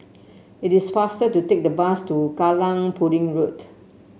it is faster to take the bus to Kallang Pudding Road